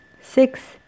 six